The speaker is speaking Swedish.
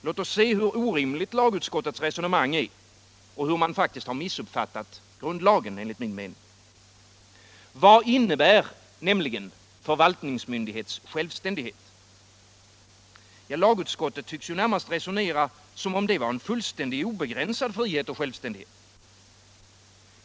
Låt oss se, hur orimligt lagutskottets resonemang är och hur man faktiskt har missuppfattat grundlagen, enligt min mening. Vad innebär nämligen förvaltningsmyndighets självständighet? Lagutskottet tycks närmast resonera som om det var en fullständigt obcegränsad frihet och självständighet.